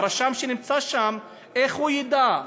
והרשם שנמצא שם, איך הוא ידע?